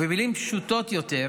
במילים פשוטות יותר: